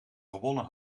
gewonnen